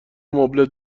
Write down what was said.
مبلت